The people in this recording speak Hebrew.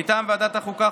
מטעם ועדת החוקה,